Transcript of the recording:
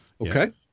Okay